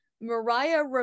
Mariah